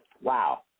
Wow